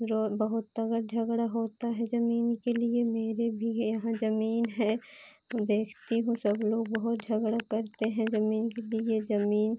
रोज़ बहुत तगड़ झगड़ा होता है ज़मीन के लिए मेरे भी यहाँ ज़मीन है देखती हूँ सब लोग बहुत झगड़ा करते हैं ज़मीन के लिए ज़मीन